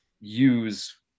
use